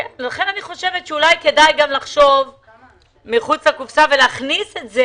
לכן אני חושבת שאולי כדאי לחשוב מחוץ לקופסה ולהכניס את זה.